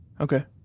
Okay